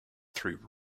through